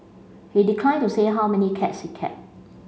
he declined to say how many cats he kept